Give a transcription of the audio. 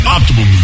Optimal